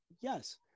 Yes